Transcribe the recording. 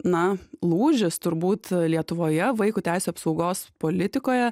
na lūžis turbūt lietuvoje vaiko teisių apsaugos politikoje